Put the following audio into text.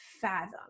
fathom